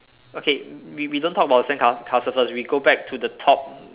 okay we we don't talk about sand ca~ castle first we go back to the top